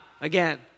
again